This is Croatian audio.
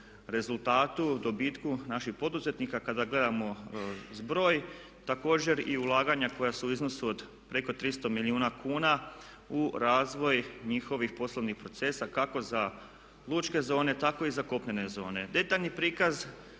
rezultatu, dobitku naših poduzetnika, kada gledamo zbroj. Također i ulaganja koja su u iznosu preko 300 milijuna kuna u razvoj njihovih poslovnih procesa kako za lučke zone tako i za kopnene zone. Detaljni prikaz